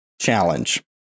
challenge